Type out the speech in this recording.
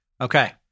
Okay